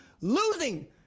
losing